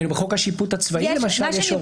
בחוק השיפוט הצבאי למשל.